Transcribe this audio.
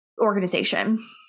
organization